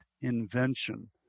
invention